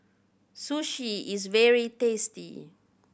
sushi is very tasty